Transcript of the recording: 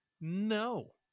no